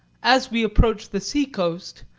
as we approach the seacoast,